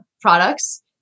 products